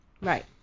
Right